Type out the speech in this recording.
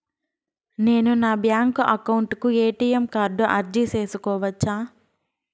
నేను నా bank account కు ఎ.టి.ఎం కార్డు అర్జీ సేసుకోవచ్చా?